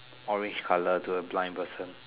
orange colour to a blind person